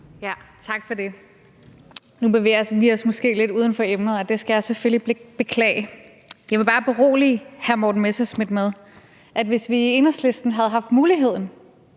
Tak for det. Nu bevæger vi os måske lidt uden for emnet, og det skal jeg selvfølgelig beklage. Jeg vil bare berolige hr. Morten Messerschmidt med, at hvis vi i Enhedslisten havde haft muligheden